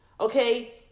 okay